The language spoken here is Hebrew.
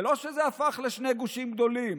זה לא יצר שני גושים גדולים,